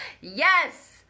yes